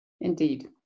Indeed